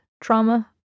trauma